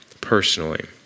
personally